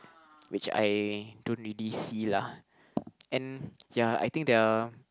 which I don't really see lah and ya I think there are